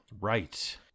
Right